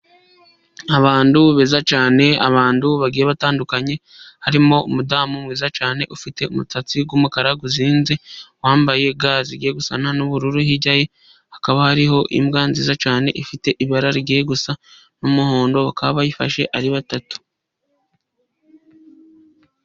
Abantu beza cyane abantu bagiye batandukanye harimo umudamu mwiza cyane ufite umusatsi w'umukara uzinze, wambaye ga zigiye gusa n'ubururu, hirya ye hakaba hariho imbwa nziza cyane ifite ibara rigiye gusa n'umuhondo, bakaba bayifashe ari batatu.